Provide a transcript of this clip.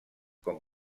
com